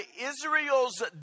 Israel's